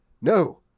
No